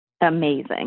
Amazing